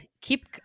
Keep